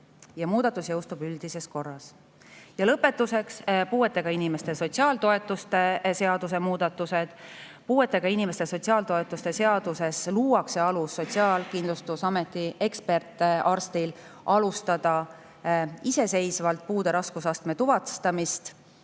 Muudatus jõustub üldises korras. Ja lõpetuseks puuetega inimeste sotsiaaltoetuste seaduse muudatused. Puuetega inimeste sotsiaaltoetuste seaduses luuakse alus, et Sotsiaalkindlustusameti ekspertarst saab alustada iseseisvalt puude raskusastme tuvastamist.